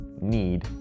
need